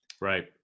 right